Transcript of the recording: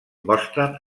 mostren